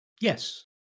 Yes